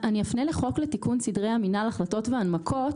אני אפנה לחוק לתיקון סדרי המינהל (החלטות והנמקות),